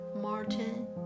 Martin